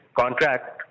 contract